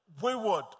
wayward